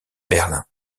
berlin